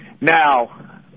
Now